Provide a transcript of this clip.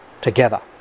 together